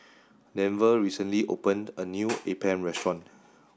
Denver recently opened a new Appam restaurant